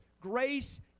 grace